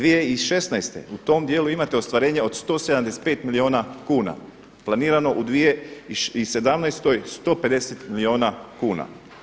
2016. u tom dijelu imate ostvarenje od 175 milijuna kuna planirano u 2017. 150 milijuna kuna.